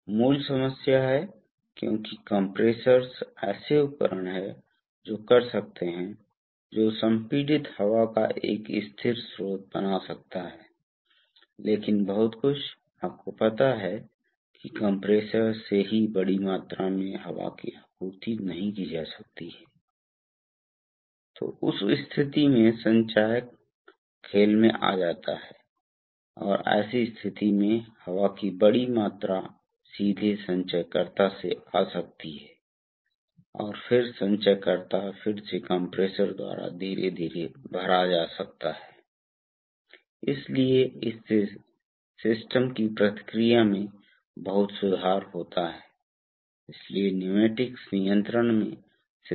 इसलिए यदि आप कभी कभी ऐसा कर सकते हैं यदि आप जानते हैं कि आपका सिस्टम अत्यधिक स्थिर है तो नहीं बदलता है थोड़ी अनिश्चितता है बहुत अच्छी तरह से विशेषता है और आप लोड को जानते हैं इसलिए कोई अप्रत्याशित प्रकार का लोड नहीं है ऐसी स्थिति में आप ओपन लूप नियंत्रण का उपयोग कर सकते हैं और आम तौर पर एक नियंत्रण प्रणाली में कई लूप होंगे इसलिए यदि आपके पास कुछ लूप बंद हैं और शायद अंतिम ये आम तौर पर गति बनाने के लिए उपयोग किए जाते हैं इसलिए शायद अंतिम तत्व की अंतिम गति को महसूस नहीं किया जाता है फिर मैं इसे आंशिक बंद लूप नियंत्रण कहता हूं